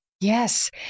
Yes